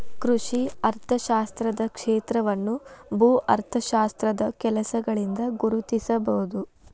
ಕೃಷಿ ಅರ್ಥಶಾಸ್ತ್ರದ ಕ್ಷೇತ್ರವನ್ನು ಭೂ ಅರ್ಥಶಾಸ್ತ್ರದ ಕೆಲಸಗಳಿಂದ ಗುರುತಿಸಬಹುದು